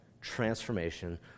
transformation